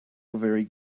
very